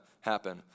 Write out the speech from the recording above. happen